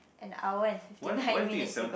an hour and fifty nine minutes to go